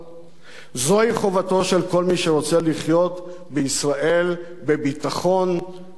זוהי חובתו של כל מי שרוצה לחיות בישראל בביטחון ולא בפחד.